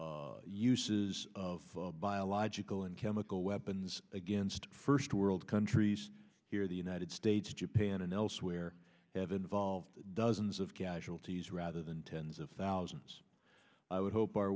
those uses of biological and chemical weapons against first world countries here the united states japan and elsewhere have involved dozens of casualties rather than tens of thousands i would hope our